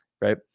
right